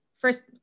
First